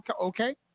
okay